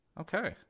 Okay